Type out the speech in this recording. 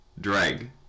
Drag